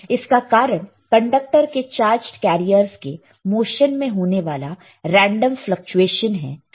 इसका कारण कंडक्टर के चार्जड कैरियरस के मोशन में होने वाला रेंडम फ्लकचुएशन है